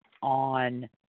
on